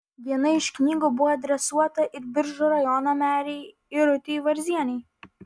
viena iš knygų buvo adresuota ir biržų rajono merei irutei varzienei